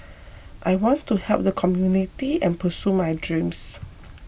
I want to help the community and pursue my dreams